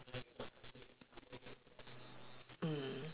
mm